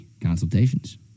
Consultations